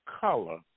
color